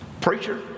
Preacher